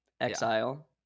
Exile